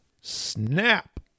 snap